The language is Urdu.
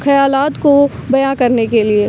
خیالات کو بیاں کرنے کے لیے